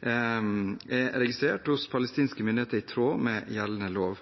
er registrert hos palestinske myndigheter i tråd med gjeldende lov.